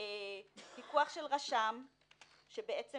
פיקוח של רשם שבעצם